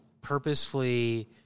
purposefully